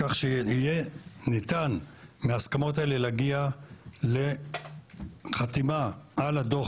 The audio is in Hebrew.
כך שיהיה ניתן מההסכמות האלה להגיע לחתימה על הדוח